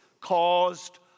caused